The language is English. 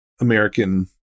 American